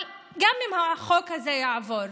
אבל גם אם החוק הזה יעבור,